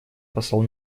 посол